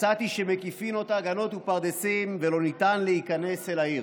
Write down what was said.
מצאתי שמקיפין אותה גנות ופרדסים ולא ניתן להיכנס אל העיר.